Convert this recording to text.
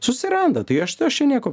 susiranda tai aš aš čia nieko